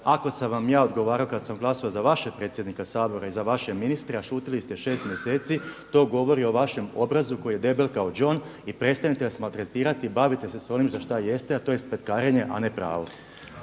Ako sam vam ja odgovarao kad sam glasovao za vašeg predsjednika Sabora i za vaše ministre, a šutjeli ste šest mjeseci to govori o vašem obrazu koji je debel kao đon i prestanite nas maltretirati. Bavite se sa onim za što jeste a to je spletkarenje a ne pravo.